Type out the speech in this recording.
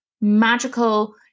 magical